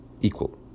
equal